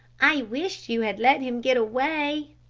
i wish you had let him get away.